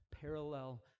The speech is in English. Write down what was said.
Parallel